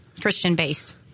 Christian-based